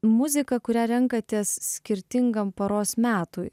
muziką kurią renkatės skirtingam paros metui